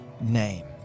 name